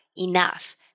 enough